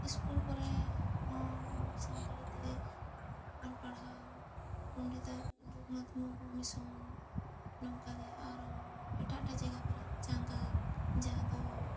school ᱠᱚᱨᱮ ᱦᱚᱸᱵᱚ ᱥᱟᱱᱛᱟᱲᱤ ᱛᱮ ᱚᱞ ᱯᱟᱲᱦᱟᱣ ᱯᱚᱱᱰᱤᱛᱟᱭ ᱨᱟᱹᱜᱷᱩᱱᱟᱛ ᱢᱩᱨᱢᱩ ᱢᱤᱥᱚᱱ ᱱᱚᱝᱠᱟ ᱜᱮ ᱟᱨᱚ ᱮᱴᱟᱜ ᱮᱴᱟᱜ ᱡᱟᱭᱜᱟ ᱠᱚᱨᱮ ᱪᱟᱸᱜᱟ ᱢᱟᱦᱟᱸ ᱫᱚ